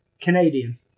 Canadian